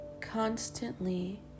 constantly